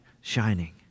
shining